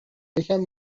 یکم